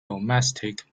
domestic